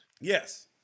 Yes